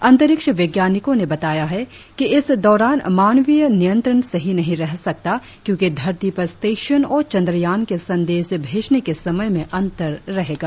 अंतरिक्ष वैज्ञानिकों ने बताया है कि इस दौरान मानवीय नियंत्रण सही नहीं रह सकता क्योंकि धरती पर स्टेशन और चंद्रयान के संदेश भेजने के समय में अंतर रहेगा